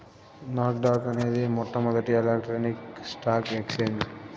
non dock అనేది మొట్టమొదటి electronic stock exchange